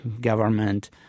government